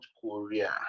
korea